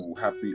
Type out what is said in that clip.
happy